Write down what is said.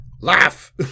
laugh